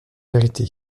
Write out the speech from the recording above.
vérité